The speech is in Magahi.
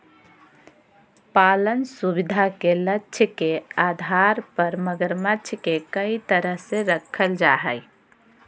पालन सुविधा के लक्ष्य के आधार पर मगरमच्छ के कई तरह से रखल जा हइ